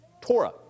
Torah